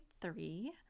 three